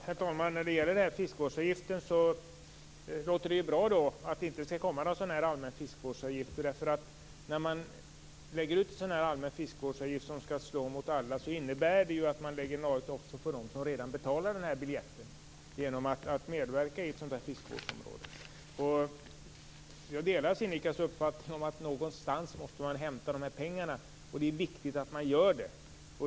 Herr talman! Det låter bra att det inte skall komma någon allmän fiskevårdsavgift. När man lägger ut en allmän fiskevårdsavgift som skall slå mot alla så innebär det att man lägger en avgift också på dem som redan betalar biljetten genom att medverka i ett fiskevårdsområde. Jag delar Sinikka Bohlins uppfattning om att någonstans måste man hämta pengarna och det är viktigt att man gör det.